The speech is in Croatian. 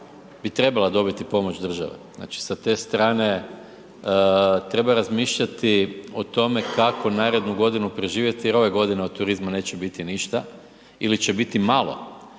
bi trebala dobit pomoć države. Znači sa te strane treba razmišljati o tome kako narednu godinu preživjeti jer ove godine od turizma neće biti ništa ili će biti malo.